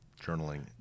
journaling